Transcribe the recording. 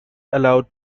allowed